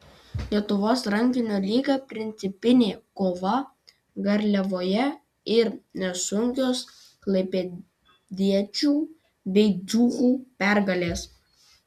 lietuvos rankinio lyga principinė kova garliavoje ir nesunkios klaipėdiečių bei dzūkų pergalės